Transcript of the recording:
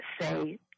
say